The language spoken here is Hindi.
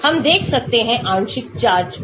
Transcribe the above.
हम देख सकते हैं आंशिक चार्ज हो